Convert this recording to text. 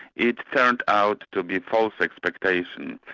it's turned out to be false expectations,